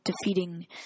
defeating